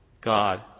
God